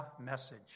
message